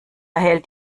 hält